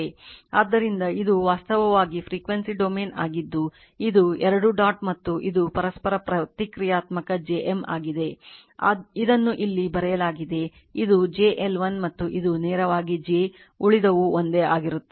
ಆದ್ದರಿಂದ ಇದು ವಾಸ್ತವವಾಗಿ frequency ಡೊಮೇನ್ ಆಗಿದ್ದು ಇದು 2 ಡಾಟ್ ಮತ್ತು ಇದು ಪರಸ್ಪರ ಪ್ರತಿಕ್ರಿಯಾತ್ಮಕ j M ಆಗಿದೆ ಇದನ್ನು ಇಲ್ಲಿ ಬರೆಯಲಾಗಿದೆ ಇದು j L1 ಮತ್ತು ಇದು ನೇರವಾಗಿ j ಉಳಿದವು ಒಂದೇ ಆಗಿರುತ್ತದೆ